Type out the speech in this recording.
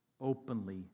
openly